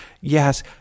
Yes